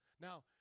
Now